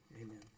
Amen